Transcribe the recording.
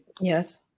Yes